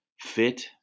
fit